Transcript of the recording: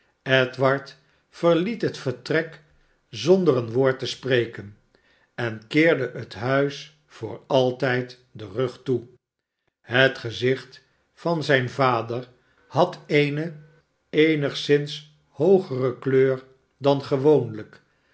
edward verliet het vertrek zonder een woord te spreken en keerde het huis voor altijd den rug toe het gezicht van zijn vader had eene eenigszins hoogere kleur dan gewoonlijk